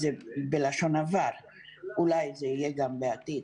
הם בלשון עבר ואולי יהיו גם בעתיד.